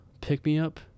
pick-me-up